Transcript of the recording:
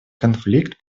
конфликт